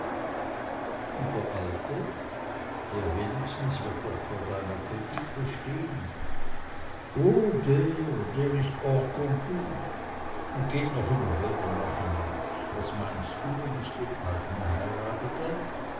und der alte der wenigstens wird doch vor deiner kritik bestehn oh der der ist hors concours und geht noch über woldemar hinaus was meinst du wenn ich den alten heiratete